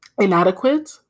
inadequate